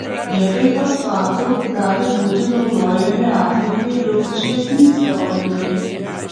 vietoj fosfatų gali būti naudojami aplinkai draugiškesni ceolitai